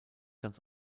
ganz